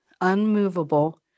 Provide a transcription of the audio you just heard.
unmovable